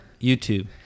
YouTube